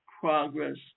progress